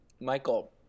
Michael